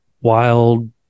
wild